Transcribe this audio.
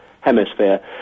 hemisphere